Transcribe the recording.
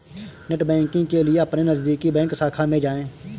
net banking के लिए अपने नजदीकी बैंक शाखा में जाए